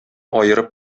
аерып